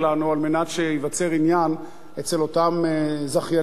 על מנת שייווצר עניין אצל אותם זכיינים,